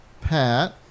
Pat